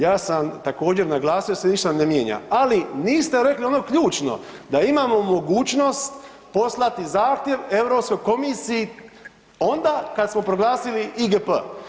Ja sam također naglasio da se ništa ne mijenja, ali niste rekli ono ključno da imamo mogućnost poslati zahtjev Europskoj komisiji onda kad smo proglasili IGP.